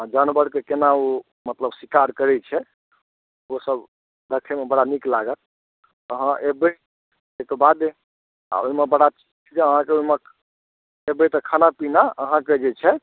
आ जानवर कऽ केना ओ मतलब शिकार करैत छै ओ सभ देखैमे बड़ा नीक लागत अहाँ एबै ओहि कऽ बादे आ ओहिमे बड़ा चीज अहाँक ओहिमे एबै तऽ खाना पीना अहाँकेँ जे छै